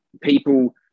people